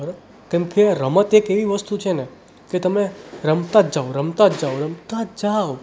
બરોબર કેમ કે રમત એક એવી વસ્તુ છે ને કે તમે રમતા જ જાવ રમતા જ જાવ રમતા જ જાવ